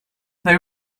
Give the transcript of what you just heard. they